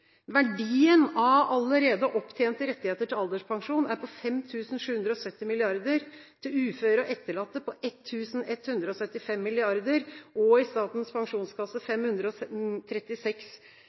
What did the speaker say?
Verdien av allerede opptjente rettigheter til alderspensjon er på 5 770 mrd., til uføre og etterlatte på 1 175 mrd. og i Statens pensjonskasse